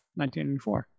1984